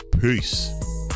Peace